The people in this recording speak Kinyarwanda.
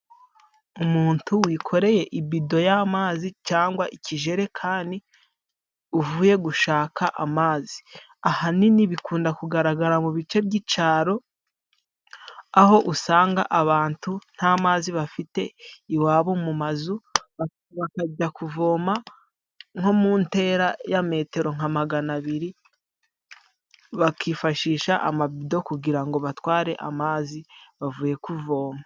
Umuntu wikoreye ibido y'amazi cyangwa ikijerekani uvuye gushaka amazi, ahanini bikunda kugaragara mu bice by'icyaro aho usanga abantu nta mazi bafite iwabo mu mazu, bakajya kuvoma nko mu ntera ya metero nka magana abiri, bakifashisha amabido kugira ngo batware amazi bavuye kuvoma.